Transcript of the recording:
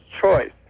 choice